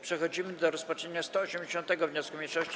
Przechodzimy do rozpatrzenia 180. wniosku mniejszości.